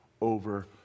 over